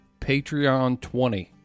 PATREON20